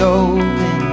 open